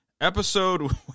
episode